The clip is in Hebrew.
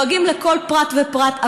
דואגים לכל פרט ופרט.